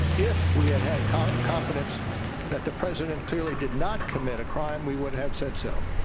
if we had had kind of confidence that the president clearly did not commit a crime we would have said so.